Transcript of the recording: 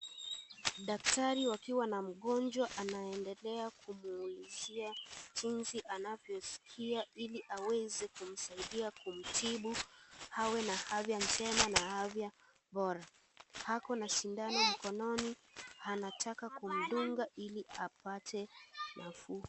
Daktari wakiwa na mgonjwa anaendelea kumwulizia jinsi anavyoskia ili aweze kumsaidia kumtibu awe na afya njema na afya bora. Ako na sindano mkononi, anataka kumdunga ili apate nafuu.